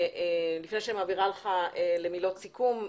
לפני שאני מעבירה לך למילות סיכום,